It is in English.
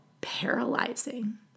paralyzing